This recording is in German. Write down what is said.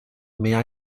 mehr